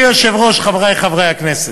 חברי חברי הכנסת,